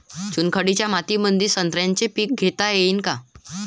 चुनखडीच्या मातीमंदी संत्र्याचे पीक घेता येईन का?